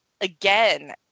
again